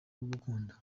kugukunda